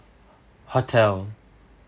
hotel